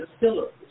distilleries